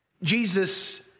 Jesus